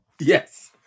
Yes